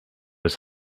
was